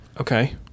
okay